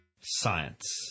Science